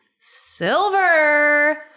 Silver